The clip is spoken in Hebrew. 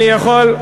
אני יכול,